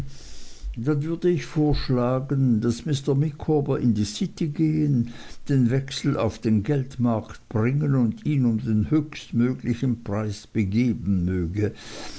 dann würde ich vorschlagen daß mr micawber in die city gehen den wechsel auf den geldmarkt bringen und ihn um den höchstmöglichen preis begeben möge